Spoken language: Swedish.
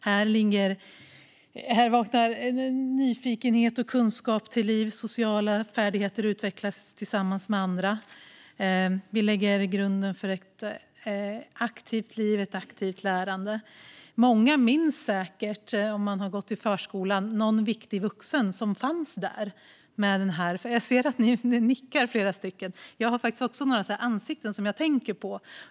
Här vaknar nyfikenhet och kunskap till liv, och sociala färdigheter utvecklas tillsammans med andra. Vi lägger grunden för ett aktivt liv och ett aktivt lärande. Många minns säkert, om man har gått i förskolan, någon viktig vuxen som fanns där. Jag ser att flera här nickar. Jag har också några ansikten som jag tänker på.